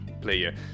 player